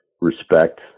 respect